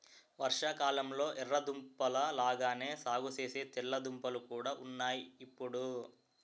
వర్షాకాలంలొ ఎర్ర దుంపల లాగానే సాగుసేసే తెల్ల దుంపలు కూడా ఉన్నాయ్ ఇప్పుడు